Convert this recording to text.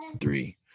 Three